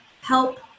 help